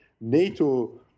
NATO